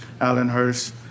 Allenhurst